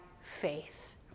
faith